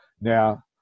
now